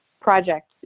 project